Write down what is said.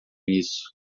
isso